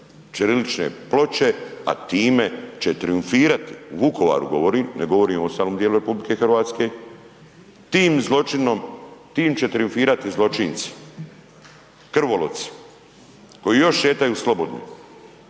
ćirilične ploče, a time će trijumfirati, o Vukovaru govorim, ne govorim o ostalom dijelu RH, tim zločinom tim će trijumfirati zločinci, krvoloci, koji još šetaju slobodni